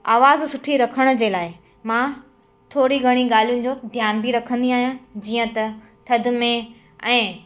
आवाज़ु सुठी रखण जे लाइ मां थोरी घणी ॻाल्हियुनि जो ध्यान बि रखंदी आहियां जीअं त थधि में ऐं